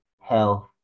health